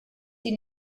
sie